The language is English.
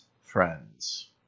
friends